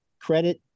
credit